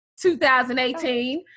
2018